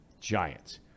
Giants